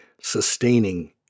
sustaining